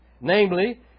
Namely